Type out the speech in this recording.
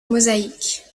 mosaïques